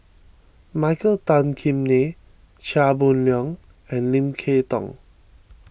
Michael Tan Kim Nei Chia Boon Leong and Lim Kay Tong